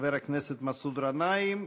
מחבר הכנסת מסעוד גנאים,